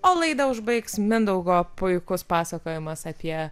o laidą užbaigs mindaugo puikus pasakojimas apie